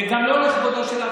זה גם לא לכבודו של,